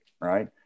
right